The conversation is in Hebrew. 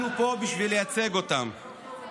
אנחנו פה בשביל לייצג אותם.